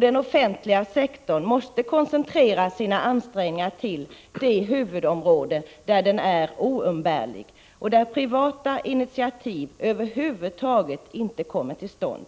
Den offentliga sektorn måste koncentrera sina ansträngningar till de huvudområden där den är oumbärlig och där privata initiativ över huvud taget inte kommer till stånd,